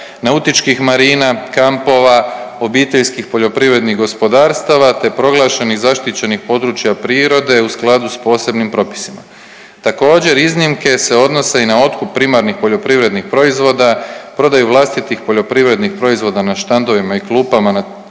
nautičkih marina, kampova, obiteljskih OPG-ova, te proglašenih zaštićenih područja priroda u skladu s posebnim propisima. Također iznimke se odnose i na otkup primarnih poljoprivrednih proizvoda, prodaju vlastitih poljoprivrednih proizvoda na štandovima i klupama